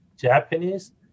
Japanese